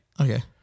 Okay